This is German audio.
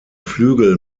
flügel